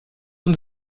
uns